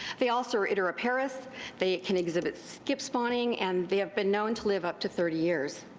they also are idiroparous, they can exhibit skip spawning, and they have been known to live up to thirty years.